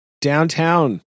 downtown